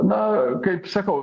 na kaip sakau